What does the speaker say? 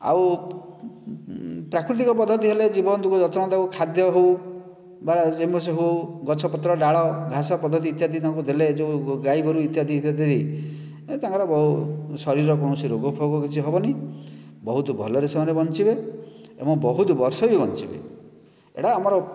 ଆଉ ପ୍ରାକୃତିକ ପଦ୍ଧତି ହେଲେ ଜୀବଜନ୍ତୁଙ୍କ ଯତ୍ନ ତାଙ୍କ ଖାଦ୍ୟ ହେଉ ବା ସବୁ ଗଛ ପତ୍ର ଡାଳ ଘାସ ପଦ୍ଧତି ଇତ୍ୟାଦି ତାଙ୍କୁ ଦେଲେ ଏହି ଯେଉଁ ଗାଈଗୋରୁ ଇତ୍ୟାଦି ଇତ୍ୟାଦିରେ ଏ ତାଙ୍କର ବହୁତ ଶରୀର କୌଣସି ରୋଗ ଫୋଗ କିଛି ହେବନି ବହୁତ ଭଲରେ ସେମାନେ ବଞ୍ଚିବେ ଏବଂ ବହୁତ ବର୍ଷ ବି ବଞ୍ଚିବେ ଏଇଟା ଆମର